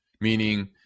meaning